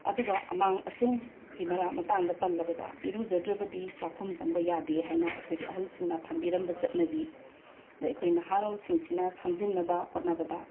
ꯑꯗꯨꯒ ꯑꯃꯥꯡ ꯑꯁꯦꯡꯒꯤ ꯃꯔꯥꯡ ꯃꯇꯥꯡꯗ ꯄꯜꯂꯕꯗ ꯏꯔꯨꯖꯗ꯭ꯔꯕꯗꯤ ꯆꯥꯛꯈꯨꯝ ꯆꯪꯕ ꯌꯥꯗꯦ ꯍꯥꯏꯅ ꯑꯩꯈꯣꯏꯒꯤ ꯑꯍꯜꯁꯤꯡꯅ ꯊꯝꯕꯤꯔꯝꯕ ꯆꯠꯅꯕꯤ ꯑꯩꯈꯣꯏ ꯅꯍꯥꯔꯣꯜꯁꯤꯡꯁꯤꯅ ꯁꯝꯖꯤꯟꯅꯕ ꯍꯣꯠꯅꯕꯗ